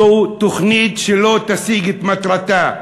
זאת תוכנית שלא תשיג את מטרתה.